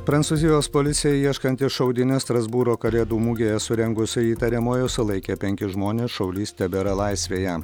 prancūzijos policija ieškanti šaudynes strasbūro kalėdų mugėje surengusio įtariamojo sulaikė penkis žmones šaulys tebėra laisvėje